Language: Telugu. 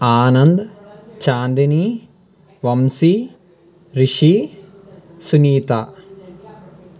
ఆనంద్ చాందిని వంశీ రిషి సునీత